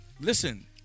Listen